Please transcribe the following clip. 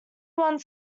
one